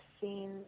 seen